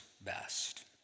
best